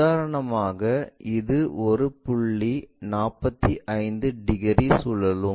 உதாரணமாக இது ஒரு புள்ளி 45 டிகிரி சுழலும்